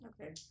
Okay